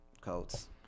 Colts